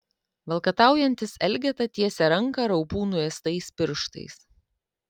valkataujantis elgeta tiesia ranką raupų nuėstais pirštais